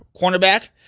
cornerback